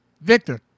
Victor